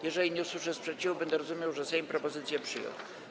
Jeżeli nie usłyszę sprzeciwu, będę uważał, że Sejm propozycje przyjął.